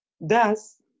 Thus